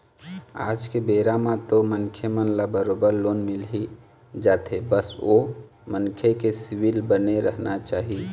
आज के बेरा म तो मनखे मन ल बरोबर लोन मिलही जाथे बस ओ मनखे के सिविल बने रहना चाही